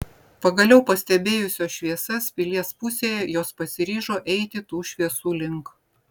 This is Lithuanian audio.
pagaliau pastebėjusios šviesas pilies pusėje jos pasiryžo eiti tų šviesų link